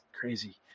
crazy